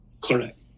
Correct